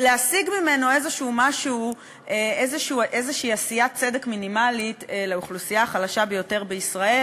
להשיג ממנו איזושהי עשיית צדק מינימלית לאוכלוסייה החלשה ביותר בישראל